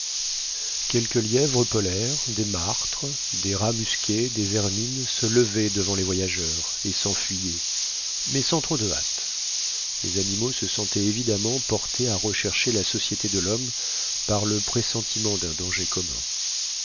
quelques lièvres polaires des martres des rats musqués des hermines se levaient devant les voyageurs et s'enfuyaient mais sans trop de hâte les animaux se sentaient évidemment portés à rechercher la société de l'homme par le pressentiment d'un danger commun